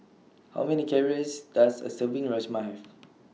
How Many Calories Does A Serving of Rajma Have